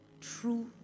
true